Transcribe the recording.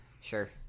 sure